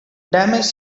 damage